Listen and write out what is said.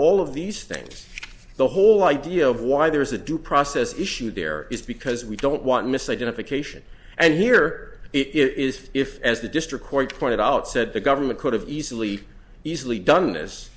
all of these things the whole idea of why there is a due process issue there is because we don't want misidentification and here it is if as the district court pointed out said the government could have easily easily done this